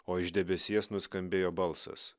o iš debesies nuskambėjo balsas